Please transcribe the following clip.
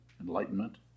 enlightenment